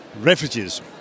refugees